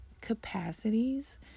capacities